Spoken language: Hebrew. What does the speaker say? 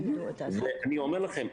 אני אומר לכם,